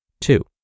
Two